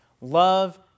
love